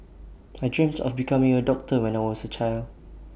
I dreamt of becoming A doctor when I was A child